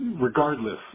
regardless